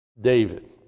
David